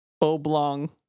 oblong